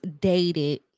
dated